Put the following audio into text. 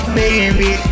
baby